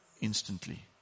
instantly